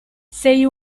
sei